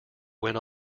went